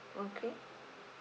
okay